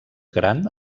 gran